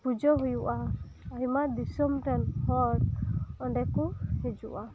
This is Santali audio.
ᱯᱩᱡᱟᱹ ᱦᱩᱭᱩᱜᱼᱟ ᱟᱭᱢᱟ ᱫᱤᱥᱚᱢ ᱨᱮᱱ ᱦᱚᱲ ᱚᱸᱰᱮ ᱠᱚ ᱦᱤᱡᱩᱜᱼᱟ